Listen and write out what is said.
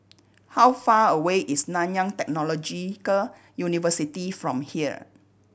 how far away is Nanyang Technological University from here